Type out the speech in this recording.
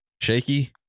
shaky